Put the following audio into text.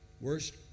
Worst